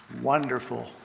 wonderful